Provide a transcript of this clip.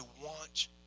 want